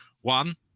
One